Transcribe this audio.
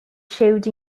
shoved